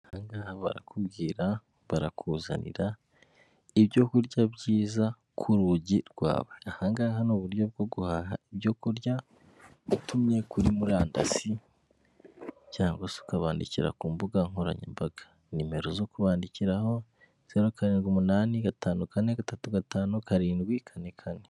Aha ngaha barakubwira barakuzanira ibyo kurya byiza ku rugi rwawe, aha ngaha ni uburyo bwo guhaha ibyo kurya utumye kuri murandasi cyangwa se ukabandikira ku mbuga nkoranyambaga. Nimero zo kubandikiraho zeru kandwi umunani, gatanu kane, gatatu gatanu, karindwi kane kane.